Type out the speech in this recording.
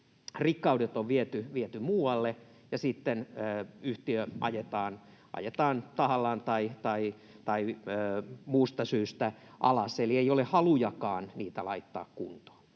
rikkaudet on viety muualle ja sitten yhtiö ajetaan tahallaan tai muusta syystä alas, eli ei ole halujakaan niitä laittaa kuntoon.